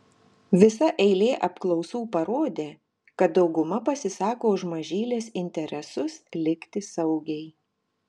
visa eilė apklausų parodė kad dauguma pasisako už mažylės interesus likti saugiai